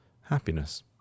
happiness